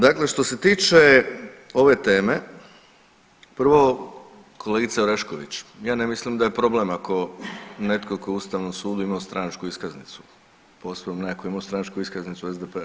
Dakle, što se tiče ove teme prvo kolegice Orešković ja ne mislim da je problem ako netko tko je u Ustavnom sudu imao stranačku iskaznicu, posebno ne ako je imao stranačku iskaznicu SDP-a.